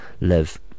live